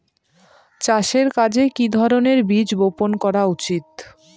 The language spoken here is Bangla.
চাষের কাজে কি ধরনের বীজ বপন করা উচিৎ?